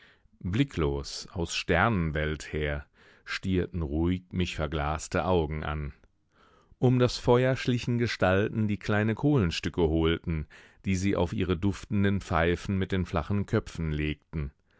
blicklos aus sternenwelt her stierten ruhig mich verglaste augen an um das feuer schlichen gestalten die kleine kohlenstücke holten die sie auf ihre duftenden pfeifen mit den flachen köpfen legten